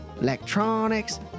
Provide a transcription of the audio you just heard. electronics